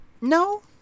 No